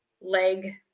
leg